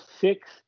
six